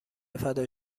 فدا